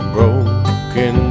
Broken